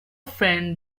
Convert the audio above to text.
friend